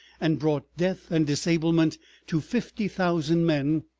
and brought death and disablement to fifty thousand men,